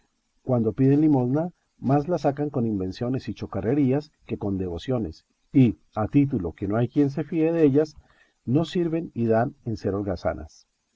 cuando piden limosna más la sacan con invenciones y chocarrerías que con devociones y a título que no hay quien se fíe dellas no sirven y dan en ser